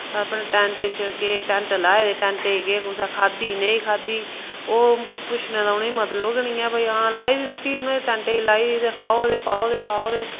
अपने टैंटे च गे टैंट लाए दे टैंटे च गे कुसै खाद्धी नेईं खाद्धी ओह् पुच्छने दा उ'नेंगी मतलब गै निं ऐ भाई हां लाई दी रुट्टी उ'नें टैंटे च लाई दी ते खाओ ते पाओ ते खाओ ते